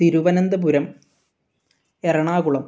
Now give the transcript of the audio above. Thiruvananthapuram Ernakulam